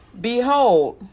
Behold